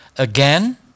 Again